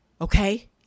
Okay